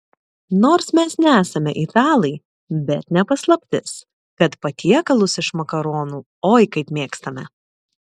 nors mes nesame italai bet ne paslaptis kad patiekalus iš makaronų oi kaip mėgstame